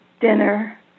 dinner